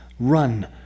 Run